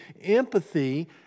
empathy